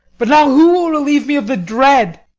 but now who will relieve me of the dread?